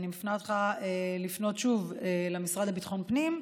אני מפנה אותך שוב למשרד לביטחון הפנים.